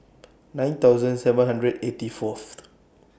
nine thousand seven hundred eighty Fourth